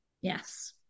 Yes